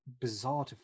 bizarre